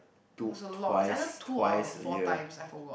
it was a lot it's either two or four times I forgot